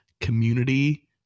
Community